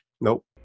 Nope